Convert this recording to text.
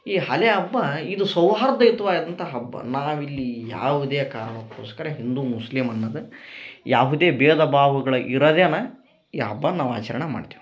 ಈ ಹಲೆ ಅಬ್ಬ ಇದು ಸೌಹಾರ್ದಯುತವಾದಂಥ ಹಬ್ಬ ನಾವು ಇಲ್ಲಿ ಯಾವುದೇ ಕಾರಣಕ್ಕೋಸ್ಕರ ಹಿಂದೂ ಮುಸ್ಲಿಮ್ ಅನ್ನದೆ ಯಾವುದೇ ಬೇಧ ಭಾವಗಳ್ ಇರದೆನ ಈ ಹಬ್ಬನ್ ನಾವು ಆಚರಣ ಮಾಡ್ತೀವಿ